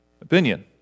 opinion